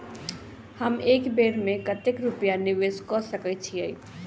हम एक बेर मे कतेक रूपया निवेश कऽ सकैत छीयै?